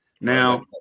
Now